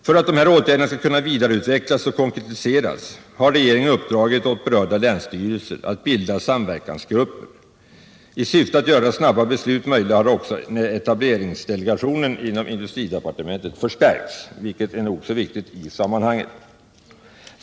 För att dessa åtgärder skall kunna vidareutvecklas och konkretiseras har regeringen uppdragit åt berörda länsstyrelser att bilda samverkansgrupper. I syfte att göra snabba beslut möjliga har också etableringsdelegationen inom industridepartementet förstärkts, vilket är nog så viktigt i sammanhanget.